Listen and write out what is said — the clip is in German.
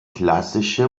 klassische